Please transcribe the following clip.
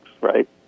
right